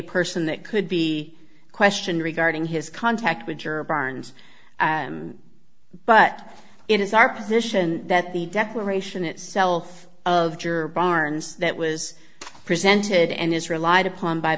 person that could be question regarding his contact with her burns but it is our position that the declaration itself of juror barnes that was presented and is relied upon by